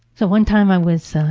so, one time i was